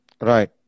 Right